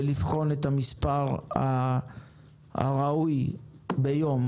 ולבחון את המספר הראוי ביום.